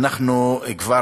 אנחנו, כבר